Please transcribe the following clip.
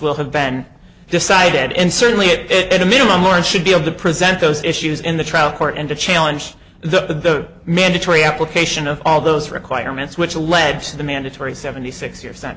will have been decided and certainly it at a minimum or it should be able to present those issues in the trial court and to challenge the mandatory application of all those requirements which lead to the mandatory seventy six year